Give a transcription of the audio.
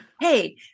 Hey